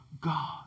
God